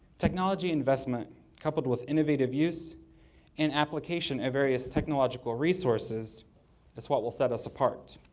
technology investment coupled with innovative use and application of various technological resources is what will set us apart.